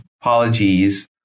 Apologies